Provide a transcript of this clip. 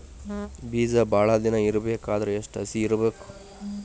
ಬೇಜ ಭಾಳ ದಿನ ಇಡಬೇಕಾದರ ಎಷ್ಟು ಹಸಿ ಇರಬೇಕು?